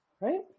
Right